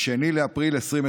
אפשר לעשות את זה.